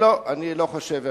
לא, אני לא חושב.